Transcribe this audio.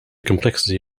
complexity